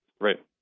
Right